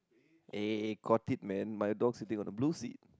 eh got it man my dog is sitting on the blue seat